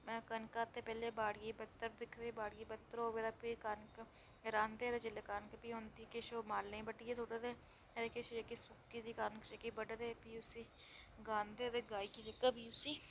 कनका दे बेल्लै बाड़ी मतलब दिक्खनी बाड़ी बत्तर होऐ तां रांह्दे ते जेकर घट्ट किश ओह् मालै ई बड्ढियै सुट्टदे अदे किश जेह्के जेह्के बड्ढदे गांह्दे ते गाहियै भी उसी